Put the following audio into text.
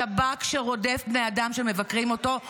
שב"כ שרודף בני אדם שמבקרים אותו,